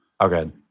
Okay